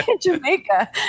Jamaica